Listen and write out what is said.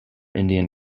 indian